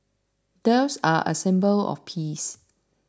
doves are a symbol of peace